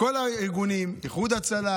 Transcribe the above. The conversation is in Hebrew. לכל הארגונים: איחוד הצלה